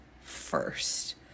first